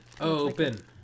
open